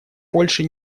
польши